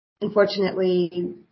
Unfortunately